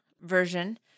version